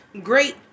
great